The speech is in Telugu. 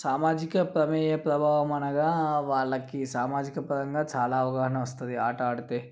సామాజిక ప్రమేయ ప్రభావం అనగా వాళ్ళకి సామాజిక పరంగా చాలా అవగాహన వస్తుంది అట ఆడితే